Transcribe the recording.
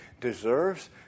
deserves